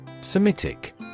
Semitic